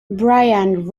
brian